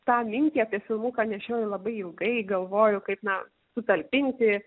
tą mintį apie filmuką nešioju labai ilgai galvoju kaip na sutalpinti